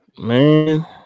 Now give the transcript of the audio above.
Man